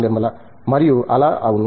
నిర్మలా మరియు అలా అవును